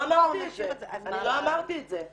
בואו נשאיר את זה --- אני לא אמרתי את זה.